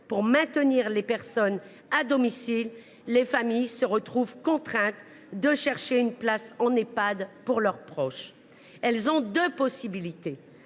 pour maintenir les personnes à domicile, les familles se trouvent contraintes de chercher une place en Ehpad pour leurs proches. Elles ont deux possibilités